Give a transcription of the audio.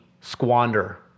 squander